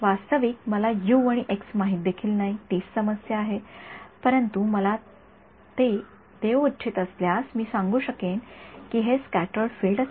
वास्तविक मला यु आणि एक्स माहित देखील नाही तीच समस्या आहे परंतु आपण ते मला देऊ इच्छित असल्यास मी सांगू शकेन की हे स्क्याटर्ड फील्ड असावे